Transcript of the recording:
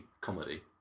comedy